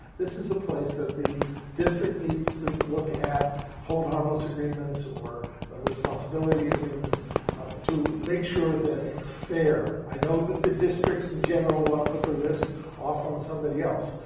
this is a place that the district needs to look at hold harmless agreements or responsibility agreements to make sure that it's fair. i know that the districts in general want to put the risk off on somebody else.